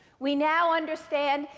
we now understand,